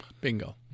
Bingo